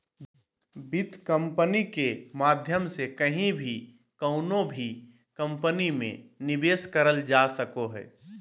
वित्त कम्पनी के माध्यम से कहीं भी कउनो भी कम्पनी मे निवेश करल जा सको हय